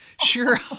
sure